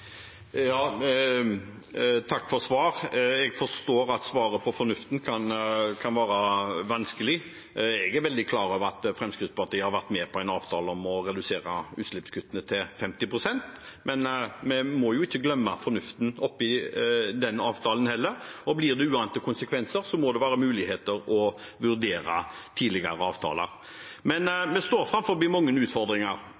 Takk for svar. Jeg forstår at svaret på fornuften kan være vanskelig. Jeg er veldig klar over at Fremskrittspartiet har vært med på en avtale om å redusere utslippene med 50 pst., men vi må jo heller ikke glemme fornuften oppi denne avtalen, og blir det uante konsekvenser, må det være muligheter for å vurdere tidligere avtaler.